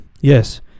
yes